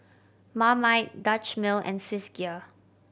Marmite Dutch Mill and Swissgear